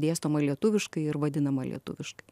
dėstoma lietuviškai ir vadinama lietuviškai